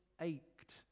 ached